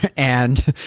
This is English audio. and